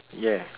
yeah